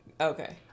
Okay